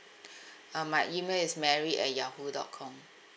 ah my email is mary at yahoo dot com